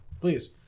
please